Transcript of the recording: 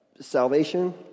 salvation